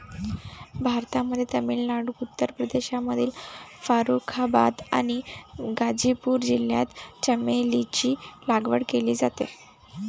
भारतामध्ये तामिळनाडू, उत्तर प्रदेशमधील फारुखाबाद आणि गाझीपूर जिल्ह्यात चमेलीची लागवड केली जाते